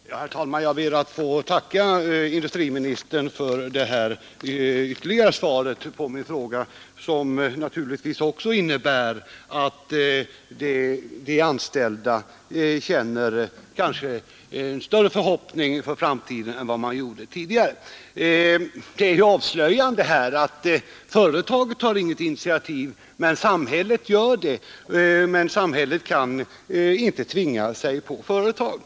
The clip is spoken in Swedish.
Torsdagen den Herr talman! Jag ber att få tacka industriministern för detta 30 november 1972 ytterligare svar, som naturligtvis kommer att medverka till att de anställdas förhoppningar inför framtiden blir starkare än de varit tidigare. Det är också avslöjande att det företag det här gäller inte tog något PORER a initiativ. Samhället gjorde det, men samhället kunde inte tvinga sig på LATEST ELAN T företaget.